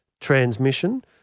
transmission